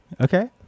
Okay